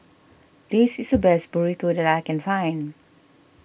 this is the best Burrito that I can find